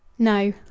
No